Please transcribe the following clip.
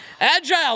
Agile